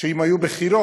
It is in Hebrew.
שאם היו בחירות,